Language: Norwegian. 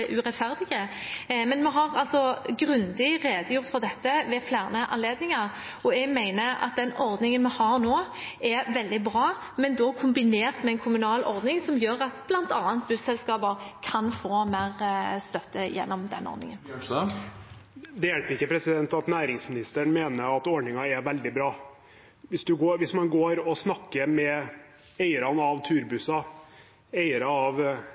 urettferdige. Men vi har redegjort grundig for dette ved flere anledninger, og jeg mener at den ordningen vi har nå, er veldig bra – men da kombinert med en kommunal ordning som gjør at bl.a. busselskaper kan få mer støtte gjennom denne ordningen. Det hjelper ikke at næringsministeren mener at ordningen er veldig bra. Hvis man går og snakker med eiere av turbusser, eiere av